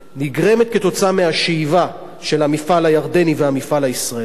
נגרמת מהשאיבה של המפעל הירדני והמפעל הישראלי,